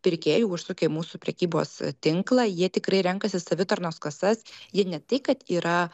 pirkėjų užsukę į mūsų prekybos tinklą jie tikrai renkasi savitarnos kasas jie ne tai kad yra